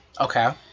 okay